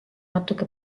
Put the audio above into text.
natuke